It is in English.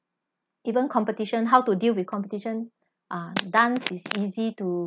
even competition how to deal with competition ah dance is easy to~